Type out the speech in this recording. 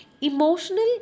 Emotional